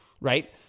right